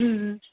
ம்ம்